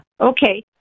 okay